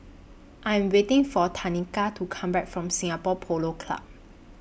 I Am waiting For Tanika to Come Back from Singapore Polo Club